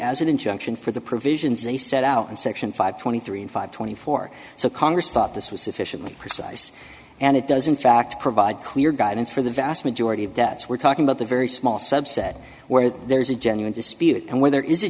as an injunction for the provisions they set out in section five twenty three and five twenty four so congress thought this was sufficiently precise and it does in fact provide clear guidance for the vast majority of debts we're talking about the very small subset where there is a genuine dispute and where there is a